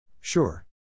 Sure